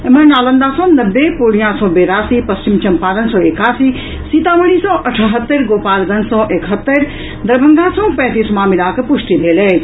एम्हर नालंदा सँ नब्बे पूर्णिया सँ बेरासी पश्चिम चंपारण सँ एकासी सीतामढ़ी सँ अठहत्तरि गोपालगंज सँ एकहत्तरि दरभंगा सँ पैंतीस मामिलाक पुष्टि भेल अछि